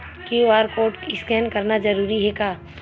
QR code scan करना जरूरी हे का?